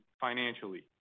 financially